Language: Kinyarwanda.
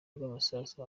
rw’amasasu